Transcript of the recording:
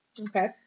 Okay